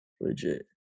Legit